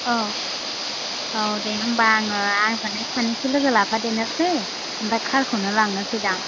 औ औ दे होनबा आङो आंजोनो सानैसो लोगो लाफादेरनोसै ओमफ्राय कारखौनो लांनोसैदां